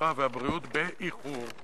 הרווחה והבריאות באיחור.